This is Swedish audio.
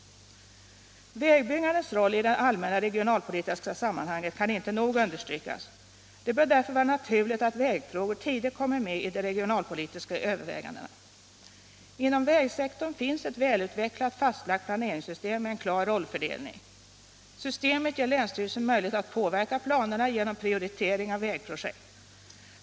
Vägbyggandets roll i det allmänna regionalpolitiska sammanhanget kan inte nog understrykas. Det bör därför vara naturligt att vägfrågor tidigt kommer med i de regionalpolitiska övervägandena. Inom vägsektorn finns ett välutvecklat fastlagt planeringssystem med en klar rollfördelning. Systemet ger länsstyrelsen möjlighet att påverka planerna genom prioritering av vägprojekt.